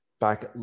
back